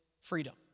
freedom